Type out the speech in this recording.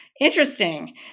Interesting